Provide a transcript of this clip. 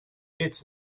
its